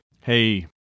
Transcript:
Hey